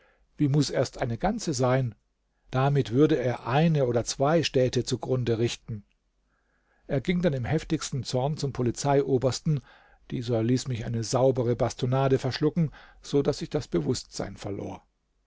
wie muß erst eine ganze sein damit würde er eine oder zwei städte zugrunde richten er ging dann im heftigsten zorn zum polizeiobersten dieser ließ mich eine saubere bastonnade verschlucken so daß ich das bewußtsein verlor